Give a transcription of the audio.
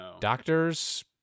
doctor's